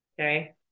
Okay